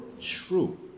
true